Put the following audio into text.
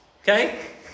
Okay